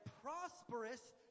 prosperous